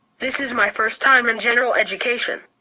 this is my first time in general education.